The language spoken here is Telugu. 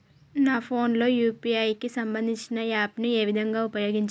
నా ఫోన్ లో యూ.పీ.ఐ కి సంబందించిన యాప్ ను ఏ విధంగా ఉపయోగించాలి?